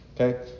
okay